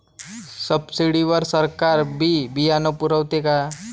Subsidy वर सरकार बी बियानं पुरवते का?